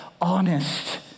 honest